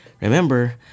Remember